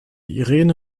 irene